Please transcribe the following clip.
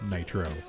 Nitro